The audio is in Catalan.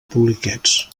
poliquets